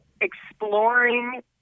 exploring